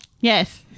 yes